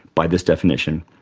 by this definition,